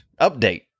Update